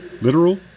Literal